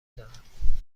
دارم